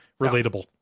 Relatable